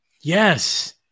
Yes